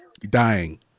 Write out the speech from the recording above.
Dying